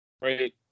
Right